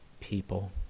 people